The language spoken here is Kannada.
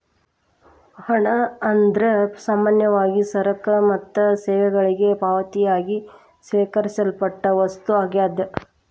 ಹಣ ಅಂದ್ರ ಸಾಮಾನ್ಯವಾಗಿ ಸರಕ ಮತ್ತ ಸೇವೆಗಳಿಗೆ ಪಾವತಿಯಾಗಿ ಸ್ವೇಕರಿಸಲ್ಪಟ್ಟ ವಸ್ತು ಆಗ್ಯಾದ